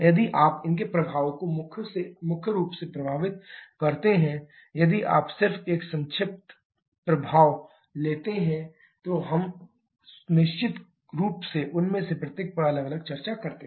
यदि आप उनके प्रभाव को मुख्य रूप से प्रभावित करते हैं यदि आप सिर्फ एक संक्षिप्त प्रभाव लेते हैं तो हम निश्चित रूप से उनमें से प्रत्येक पर अलग से चर्चा करते हैं